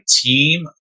team